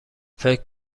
فکر